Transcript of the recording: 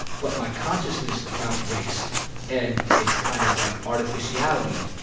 but my consciousness about race and its kind of, like, artificiality,